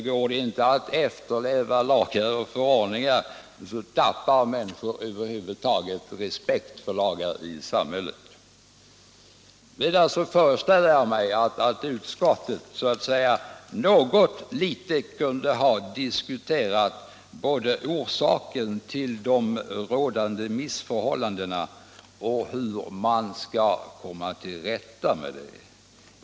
Går det inte att efterleva dem tappar människorna respekten för lagar och förordningar i samhället. Å Vidare anser jag att utskottet något litet kunde ha diskuterat både orsakerna till de rådande missförhållandena och åtgärder för att komma till rätta med dem.